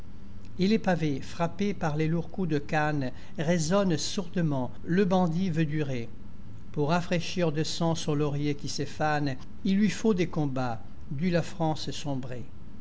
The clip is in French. et les pavés frappés par les lourds coups de canne résonnent sourdement le bandit veut durer pour rafraîchir de sang son laurier qui se fane il lui faut des combats dût la france sombrer